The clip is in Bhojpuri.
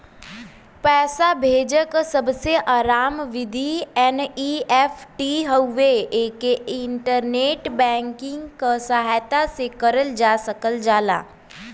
पैसा भेजे क सबसे आसान विधि एन.ई.एफ.टी हउवे एके इंटरनेट बैंकिंग क सहायता से करल जा सकल जाला